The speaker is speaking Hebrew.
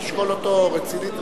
לשקול אותו רצינית-רצינית.